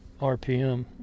RPM